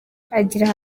agira